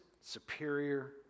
superior